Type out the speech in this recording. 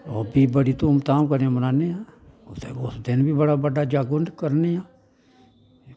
ओह् बी बड़ी धूम धाम कन्नै मनान्ने आं उत्थें उस दिन बी बड़ा बड्डा जग करने आं